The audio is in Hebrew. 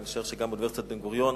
אני משער שגם באוניברסיטת בן-גוריון,